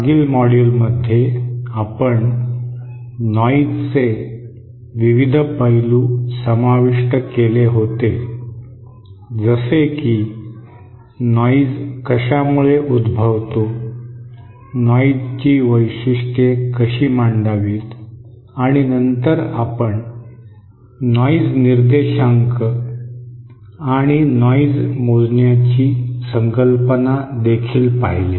मागील मॉड्यूलमध्ये आपण नॉइजचे विविध पैलू समाविष्ट केले होते जसे की नॉइज कशामुळे उद्भवतो नॉईजची वैशिट्ये कशी मांडावीत आणि नंतर आपण नॉइज निर्देशांक आणि नॉइज मोजण्याची संकल्पना देखील पाहिली